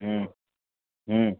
ہوں ہوں